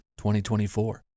2024